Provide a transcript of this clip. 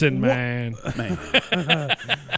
man